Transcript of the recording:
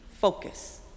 focus